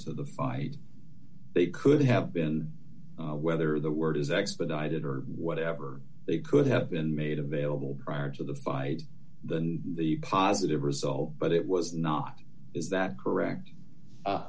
to the fight they could have been whether the word is expedited or whatever they could have been made available prior to the fight than the positive result but it was not is that correct